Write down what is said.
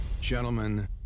gentlemen